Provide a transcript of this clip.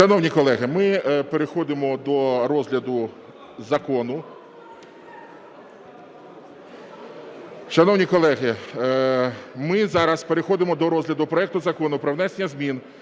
Шановні колеги, ми переходимо до розгляду закону.